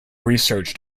researched